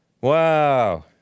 Wow